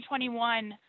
2021